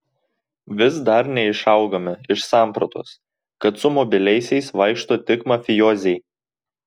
vis dar neišaugame iš sampratos kad su mobiliaisiais vaikšto tik mafijoziai